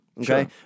Okay